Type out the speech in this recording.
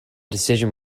decision